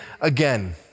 again